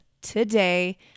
today